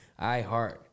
iHeart